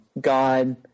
God